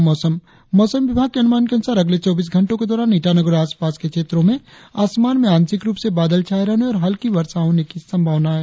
और अब मौसम मौसम विभाग के अनुमान के अनुसार अगले चौबीस घंटो के दौरान ईटानगर और आसपास के क्षेत्रो में आसमान में आंशिक रुप से बादल छाये रहने और हल्की वर्षा होने की संभावना है